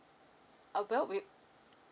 uh well we'd